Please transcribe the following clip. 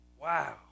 Wow